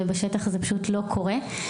ובשטח זה פשוט לא קורה.